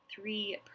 Three